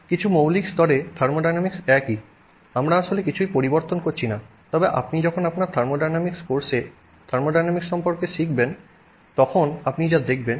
কিছু মৌলিক স্তরে থার্মোডিনামিক্স একই আমরা আসলে কিছুই পরিবর্তন করছি না তবে আপনি যখন আপনার থার্মোডাইনামিক্স কোর্সে থার্মোডাইনামিক্স সম্পর্কে শিখবেন তখন আপনি যা দেখবেন